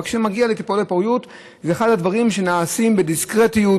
אבל כשזה מגיע לטיפולי פוריות זה אחד הדברים שנעשים בדיסקרטיות,